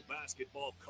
basketball